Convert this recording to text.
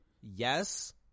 yes